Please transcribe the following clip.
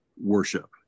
worship